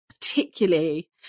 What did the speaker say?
particularly